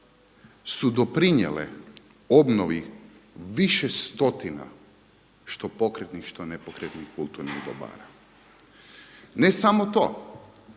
su doprinijele obnovi više stotina što pokretnih, što nepokretnih kulturnih dobara. Ne samo to,